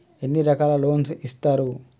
ఎన్ని రకాల లోన్స్ ఇస్తరు?